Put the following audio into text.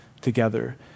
together